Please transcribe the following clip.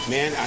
Man